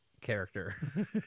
character